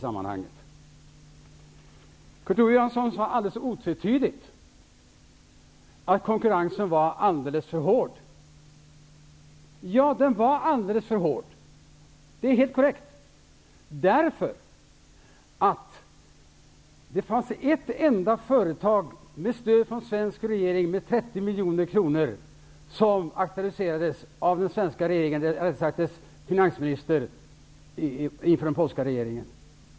Kurt Ove Johansson sade alldeles otvetydigt att konkurrensen var för hård. Ja, den var alldeles för hård -- det är helt korrekt -- därför att det fanns ett företag, med ett stöd från den svenska regeringen på 30 miljoner kronor, som aktualiserades av den svenska regeringen, eller rättare sagt dess finansminister, för den polska regeringen.